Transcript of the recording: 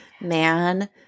man